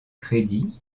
crédits